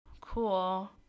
cool